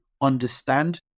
understand